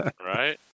Right